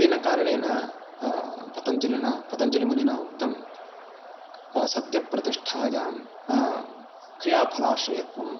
तेन कारणेन पतञ्जलिना पतञ्जलिमुनिना उक्तं सत्यप्रतिष्ठायां क्रियाफलाश्रयत्वम् इति